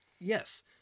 Yes